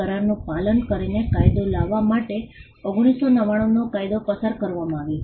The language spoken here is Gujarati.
કરારનું પાલન કરીને કાયદો લાવવા માટે 1999 નો કાયદો પસાર કરવામાં આવ્યો